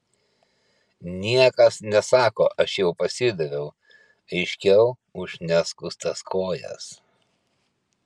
niekas nesako aš jau pasidaviau aiškiau už neskustas kojas